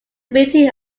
building